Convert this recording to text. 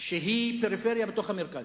שהוא פריפריה בתוך המרכז.